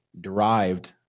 derived